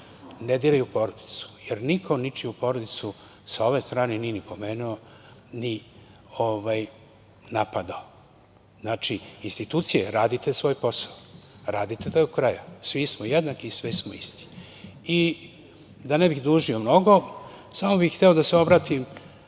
ne diraj u porodicu, jer niko ničiju porodicu sa ove strane nije ni pomenuo, ni napadao. Znači, institucije radite svoj posao, radite do kraja, svi smo jednaki i svi smo isti. Da ne bih dužio mnogo, samo bih hteo da se obratim